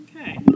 Okay